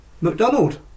McDonald